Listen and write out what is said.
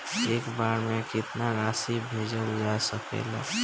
एक बार में केतना राशि भेजल जा सकेला?